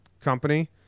company